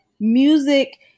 music